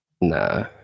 Nah